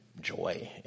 joy